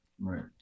Right